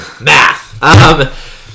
math